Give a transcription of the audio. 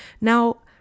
Now